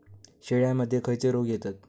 शेळ्यामध्ये खैचे रोग येतत?